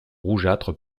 rougeâtre